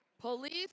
Police